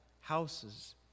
houses